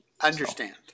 understand